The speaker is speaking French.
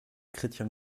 chrétien